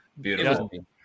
Beautiful